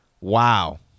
Wow